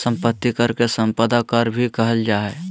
संपत्ति कर के सम्पदा कर भी कहल जा हइ